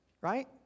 right